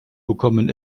bekommen